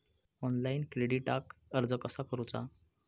Online क्रेडिटाक अर्ज कसा करुचा?